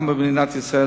גם במדינת ישראל,